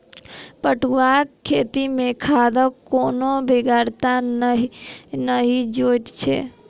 पटुआक खेती मे खादक कोनो बेगरता नहि जोइत छै